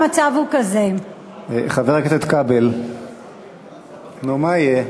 חבר הכנסת כבל, נו, מה יהיה?